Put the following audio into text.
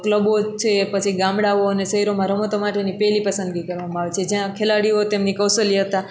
ક્લબો છે પછી ગામડાઓ અને શહેરોમાં રમતો માટેની પેલી પસંદગી કરવામાં આવે છે જ્યાં ખેલાડીઓ તેમની કૌશલ્યતા